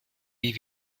wie